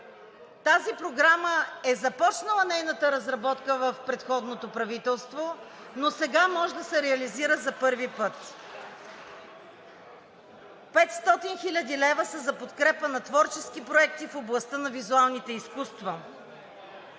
нова програма и нейната разработка е започнала в предходното правителство, но сега може да се реализира за първи път. 500 хил. лв. са за подкрепа на творческите проекти в областта на визуалните изкуства.